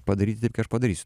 padaryti taip kai aš padarysiu